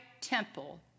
temple